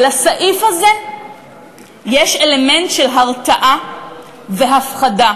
ולסעיף הזה יש אלמנט של הרתעה והפחדה.